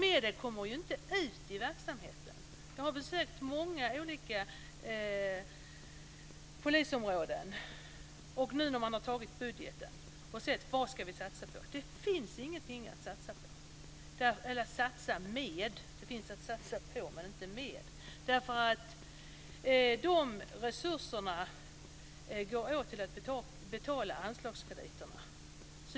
Medel kommer ju inte ut i verksamheten. Jag har besökt många olika polisområden. Nu har man antagit budgeten och sett vad man ska satsa på. Men det finns ingenting att satsa med. Resurserna går åt till att betala anslagskrediterna.